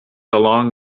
along